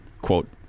quote